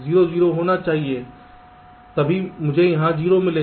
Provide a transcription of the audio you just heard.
0 0 भी होना चाहिए तभी मुझे यहाँ 0 मिलेगा